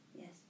Yes